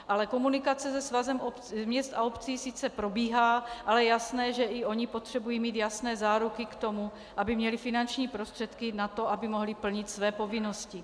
Ale komunikace se Svazem měst a obcí sice probíhá, ale je jasné, že i ony potřebují mít jasné záruky k tomu, aby měly finanční prostředky na to, aby mohly plnit své povinnosti.